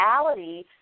reality